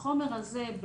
בחומר הזה,